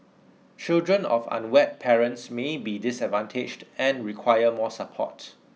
children of unwed parents may be disadvantaged and require more support